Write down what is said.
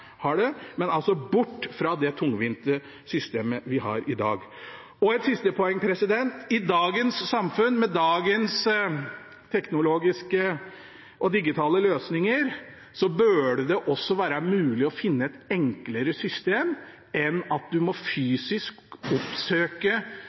altså bort fra det tungvinte systemet vi har i dag. I dagens samfunn med dagens teknologiske og digitale løsninger burde det også være mulig å finne et enklere system enn at man fysisk må